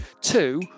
Two